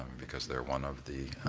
because they're one of the